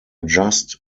just